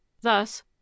thus